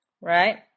right